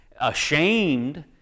ashamed